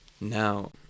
now